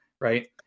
right